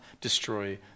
destroy